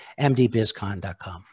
mdbizcon.com